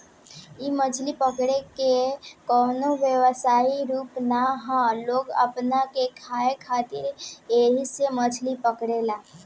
इ मछली पकड़े के कवनो व्यवसायिक रूप ना ह लोग अपना के खाए खातिर ऐइसे मछली पकड़े ले